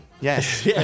Yes